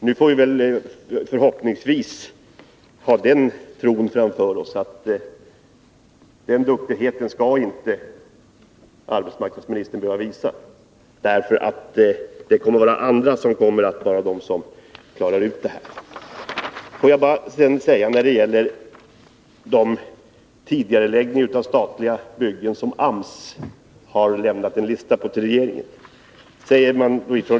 Nu får vi väl förhoppningsvis tro att arbetsmarknadsministern inte alls skall behöva visa den duktigheten, utan att andra kommer att få klara ut det här. Får jag sedan säga några ord beträffande den lista som AMS har lämnat till regeringen och som gäller tidigareläggning av byggen.